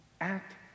act